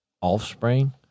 offspring